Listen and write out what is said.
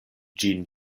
ĝin